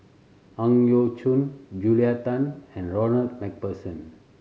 Ang Yau Choon Julia Tan and Ronald Macpherson